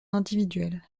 individuel